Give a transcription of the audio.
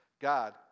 God